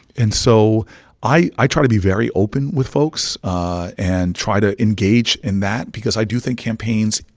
and so i i try to be very open with folks and try to engage in that because i do think campaigns,